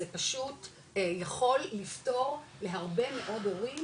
זה פשוט יכול לפתור להרבה מאוד הורים,